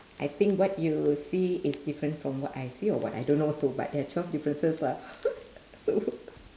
I think what you see is different from what I see or what I don't know also but there are twelve differences lah so